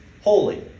Holy